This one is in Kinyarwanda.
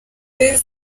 niwe